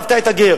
ואהבת את הגר.